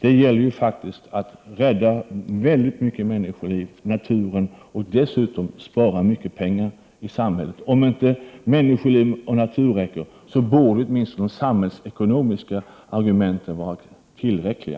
Det gäller faktiskt att rädda väldigt många människoliv och naturen och dessutom spara mycket pengar i samhället. Om inte människoliv och natur räcker, borde åtminstone de samhällsekonomiska argumenten vara tillräckliga.